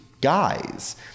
guys